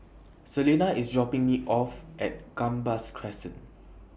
Selina IS dropping Me off At Gambas Crescent